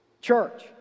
Church